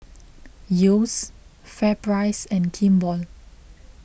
Yeo's FairPrice and Kimball